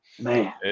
Man